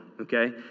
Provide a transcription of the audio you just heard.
okay